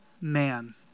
man